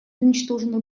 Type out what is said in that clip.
уничтоженных